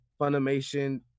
Funimation